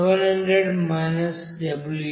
Ws ఇక్కడ 600